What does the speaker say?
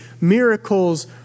miracles